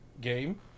game